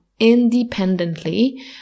independently